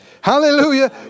Hallelujah